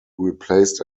replaced